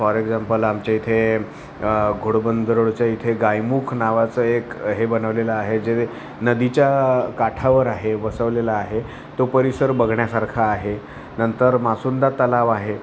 for example आमच्या इथे घोडबंदरच्या इथे गायमुख नावाचं एक हे बनवलेलं आहे जे नदीच्या काठावर आहे बसवलेलं आहे तो परिसर बघण्यासारखा आहे नंतर मासुंदा तलाव आहे